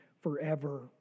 forever